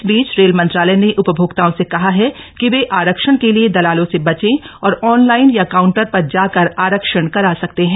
इस बीच रेल मंत्रालय ने उपभोक्ताओं से कहा है कि वे आरक्षण के लिए दलालों से बचे और ऑनलाइन या काउंटर पर जाकर आरक्षण करा सकते हैं